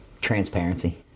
Transparency